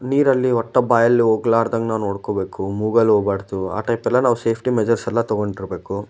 ನೀರಲ್ಲಿ ಒಟ್ಟು ಬಾಯಲ್ಲಿ ಹೋಗಲಾರ್ದಂತೆ ನಾವು ನೋಡ್ಕೊಳ್ಬೇಕು ಮೂಗಲ್ಲಿ ಹೋಗಬಾರ್ದು ಆ ಟೈಪೆಲ್ಲ ನಾವು ಸೇಫ್ಟಿ ಮೆಷರ್ಸೆಲ್ಲ ತಗೊಂಡಿರ್ಬೇಕು